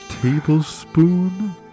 Tablespoon